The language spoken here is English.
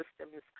systems